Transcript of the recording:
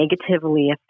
negatively